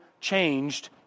changed